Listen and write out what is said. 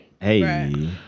Hey